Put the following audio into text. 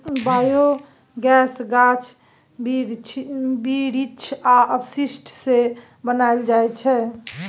biogas गाछ बिरीछ आ अपशिष्ट सँ बनाएल जाइ छै